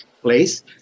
place